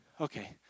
Okay